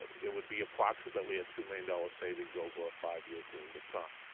it would be approximately a two million dollars savings over a five year period of time.